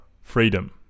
freedom